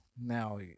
Now